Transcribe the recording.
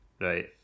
Right